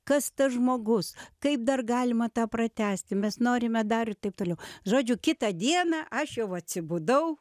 kas tas žmogus kaip dar galima tą pratęsti mes norime dar ir taip toliau žodžiu kitą dieną aš jau atsibudau